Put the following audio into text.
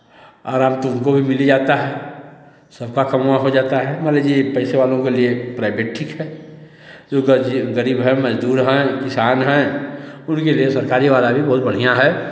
आराम तो उनको भी मिल ही जाता है सबका कमवा हो जाता है मान लीजिये इ पैसे वालों के लिये प्राइभेट ठीक है जो गरीब हैं मज़दूर हैं किसान हैं उनके लिये सरकारी वाला भी बहुत बढ़ियाँ है